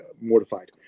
mortified